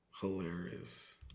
Hilarious